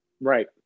Right